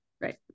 Right